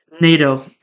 NATO